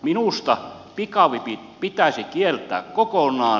minusta pikavipit pitäisi kieltää kokonaan